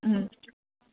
অঁ